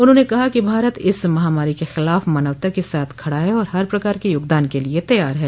उन्होंने कहा कि भारत इस महामारी के खिलाफ मानवता के साथ खड़ा है और हर प्रकार के योगदान के लिए तैयार है